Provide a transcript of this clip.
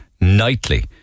nightly